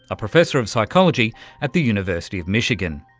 a professor of psychology at the university of michigan.